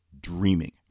dreaming